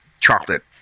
chocolate